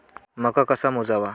मका कसा मोजावा?